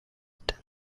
dimly